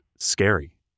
scary